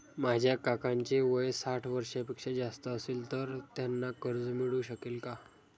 माझ्या काकांचे वय साठ वर्षांपेक्षा जास्त असेल तर त्यांना कर्ज मिळू शकेल का?